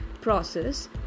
process